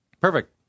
Perfect